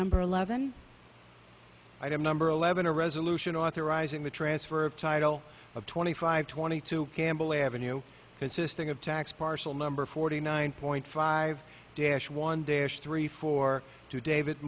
number eleven i have number eleven a resolution authorizing the transfer of title of twenty five twenty two campbell avenue consisting of tax parcel number forty nine point five dash one dash three four two david